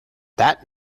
that